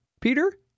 Peter